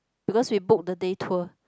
because we book the day tour